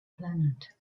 planet